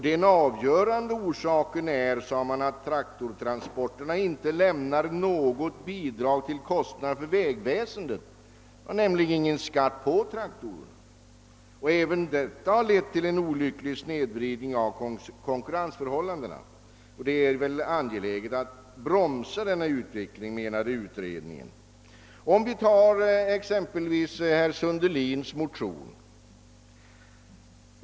Den avgörande orsaken är, framhåller utredningen, att traktortransporterna inte lämnar något bidrag till kostnaderna för vägväsendet; det är ju ingen skatt på traktorerna. Även detta har lett till en olycklig snedvridning av konkurrensförhållandena, och utredningen har ansett det angeläget att denna utveckling bromsas upp. Låt mig något beröra herr Sundelins motion.